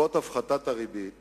בעקבות הפחתת הריבית